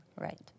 Right